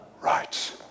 rights